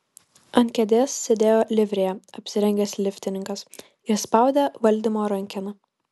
ant kėdės sėdėjo livrėja apsirengęs liftininkas ir spaudė valdymo rankeną